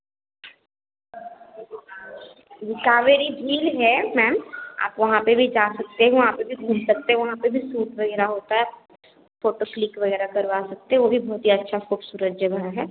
कावेरी झील है मैम आप वहाँ पर भी जा सकते वहाँ पर भी घूम सकते वहाँ पर भी सूट वगैरह होता है फोटो क्लिक वगैरह करवा सकते वह भी बहुत ही अच्छा खूबसूरत जगह है